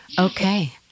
okay